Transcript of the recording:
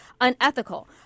unethical